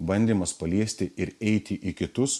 bandymas paliesti ir eiti į kitus